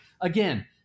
Again